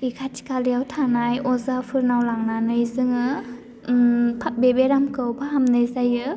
बे खाथि खालायाव थानाय अजाफोरनाव लांनानै जोङो बे बेरामखौ फाहामनाय जायो